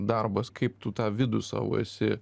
darbas kaip tu tą vidų savo esi